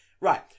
right